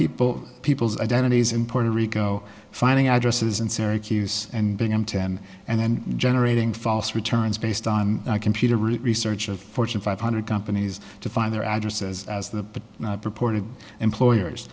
people people's identities in puerto rico finding addresses in syracuse and binghamton and generating false returns based on computer research of fortune five hundred companies to find their addresses as the purported employers